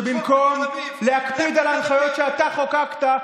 שבמקום להקפיד על ההנחיות שאתה חוקקת,